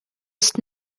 ist